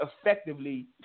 effectively